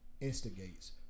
Instigates